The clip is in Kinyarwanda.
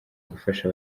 gufasha